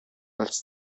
als